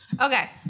okay